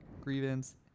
grievance